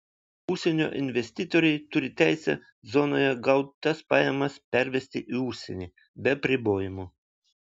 užsienio investitoriai turi teisę zonoje gautas pajamas pervesti į užsienį be apribojimų